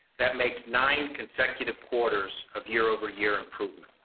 that makes nine consecutive quarters of year-over-year improvement.